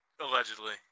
Allegedly